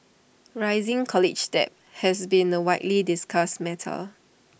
rising college debt has been A widely discussed matter